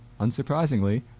Unsurprisingly